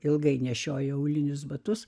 ilgai nešiojo aulinius batus